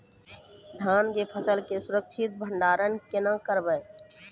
धान के फसल के सुरक्षित भंडारण केना करबै?